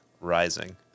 rising